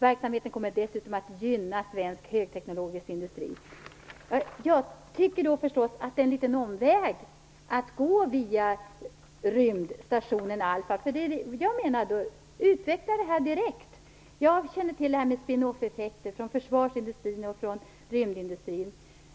Verksamheten kommer dessutom att gynna svensk högteknologisk industri." Jag tycker förstås att det är en liten omväg att gå via rymdstationen Alpha. Utveckla det här direkt i stället! Jag känner till det här med spin-off-effekter från försvars och rymdindustrin.